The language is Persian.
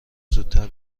زودتر